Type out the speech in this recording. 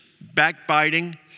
backbiting